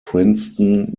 princeton